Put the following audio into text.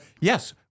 yes